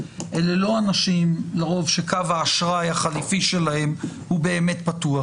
אלה לא אנשים לרוב שקו האשראי החליפי שלהם הוא באמת פתוח.